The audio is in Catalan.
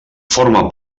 forma